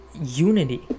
unity